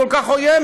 כל כך עוינת?